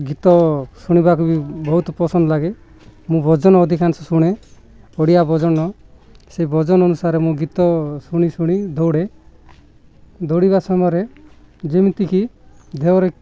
ଗୀତ ଶୁଣିବାକୁ ବି ବହୁତ ପସନ୍ଦ ଲାଗେ ମୁଁ ଭଜନ ଅଧିକାଂଶ ଶୁଣେ ଓଡ଼ିଆ ଭଜନ ସେ ଭଜନ ଅନୁସାରେ ମୁଁ ଗୀତ ଶୁଣି ଶୁଣି ଦୌଡ଼େ ଦୌଡ଼ିବା ସମୟରେ ଯେମିତିକି ଦେହରେ